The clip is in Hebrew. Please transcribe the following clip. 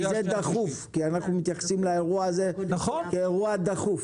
כי זה דחוף אנחנו מתייחסים לאירוע הזה כאירוע דחוף.